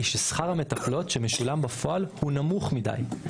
היא ששכר המטפלות שמשולם בפועל הוא נמוך מדי,